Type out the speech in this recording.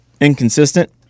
inconsistent